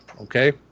okay